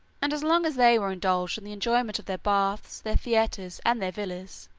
and as long as they were indulged in the enjoyment of their baths, their theatres, and their villas,